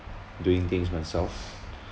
doing things myself